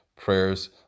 Prayers